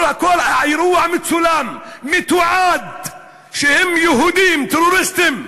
כל האירוע מצולם, מתועד, שהם יהודים טרוריסטים,